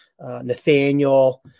Nathaniel